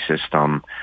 system